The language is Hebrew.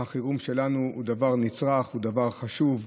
החירום שלנו הוא דבר נצרך והוא דבר חשוב.